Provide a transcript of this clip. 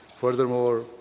Furthermore